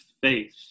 faith